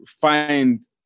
find